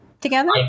together